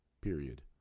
Period